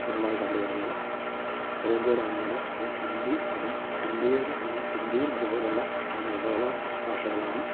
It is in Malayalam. കൂടുതലായി കണ്ടു വരുന്നത് ഉത്തരേന്ത്യയിലാണെങ്കിൽ അത് ഹിന്ദി അതും ഹിന്ദിയോട് അനുബന്ധം ഹിന്ദിയും അതുപോലുള്ള അതുപോലുള്ള ഭാഷകളാണ്